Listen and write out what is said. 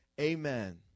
Amen